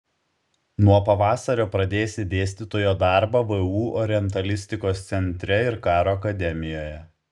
nuo pavasario pradėsi dėstytojo darbą vu orientalistikos centre ir karo akademijoje